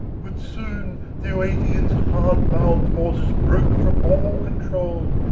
but soon the oetaean's hard-mouthed horses broke from all control,